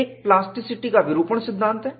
एक प्लास्टिसिटी का विरूपण सिद्धांत है